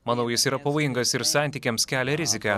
manau jis yra pavojingas ir santykiams kelia riziką